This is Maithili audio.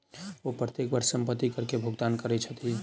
ओ प्रत्येक वर्ष संपत्ति कर के भुगतान करै छथि